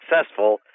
successful